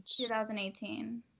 2018